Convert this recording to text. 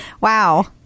Wow